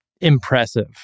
impressive